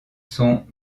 sont